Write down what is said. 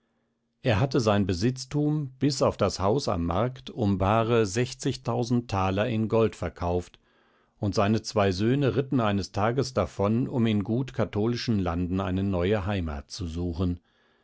er hatte sein besitztum bis auf das haus am markt um bare sechstausend thaler in gold verkauft und seine zwei söhne ritten eines tages davon um in gut katholischen landen eine neue heimat zu suchen